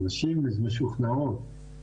הנשים משוכנעות,